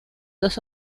dos